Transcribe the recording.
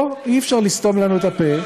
פה אי-אפשר לסתום לנו את הפה.